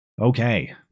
Okay